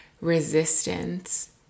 resistance